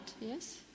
yes